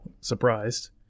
surprised